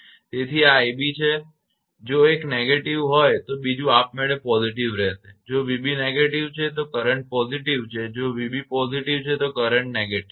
તેથી આ 𝑖𝑏 છે જો એક negative હોય તો બીજું આપમેળે positive રહેશે જો 𝑣𝑏 negative છે તો કરંટ positive છે અને જો 𝑣𝑏 positive છે તો કરંટ negative છે